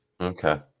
Okay